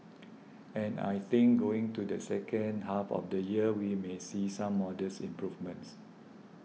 and I think going to the second half of the year we may see some modest improvements